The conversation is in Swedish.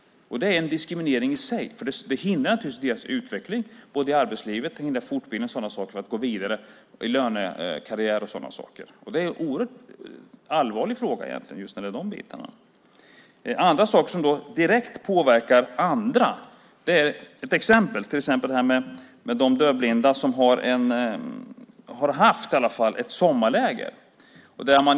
Det är en diskriminering i sig, för det hindrar naturligtvis deras utveckling i arbetslivet, hindrar fortbildning och möjlighet att gå vidare i lönekarriär. Det är en oerhört allvarlig fråga när det gäller de bitarna. Det finns andra saker som direkt påverkar andra. Ett exempel är de dövblinda som har haft ett sommarläger.